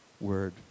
Word